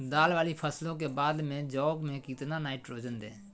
दाल वाली फसलों के बाद में जौ में कितनी नाइट्रोजन दें?